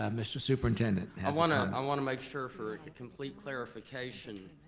um mr. superintendent. i want to um want to make sure for complete clarification,